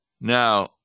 Now